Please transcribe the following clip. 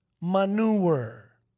manure